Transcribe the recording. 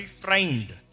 trained